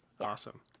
Awesome